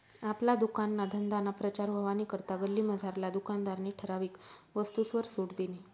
आपला दुकानना धंदाना प्रचार व्हवानी करता गल्लीमझारला दुकानदारनी ठराविक वस्तूसवर सुट दिनी